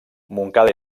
montcada